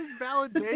validation